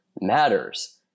matters